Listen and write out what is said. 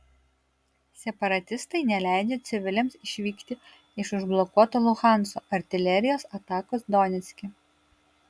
separatistai neleidžia civiliams išvykti iš užblokuoto luhansko artilerijos atakos donecke